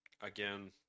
again